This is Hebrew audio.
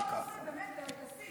ביום הזה, כסיף?